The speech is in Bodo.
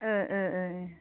ओ ओ ओ ओ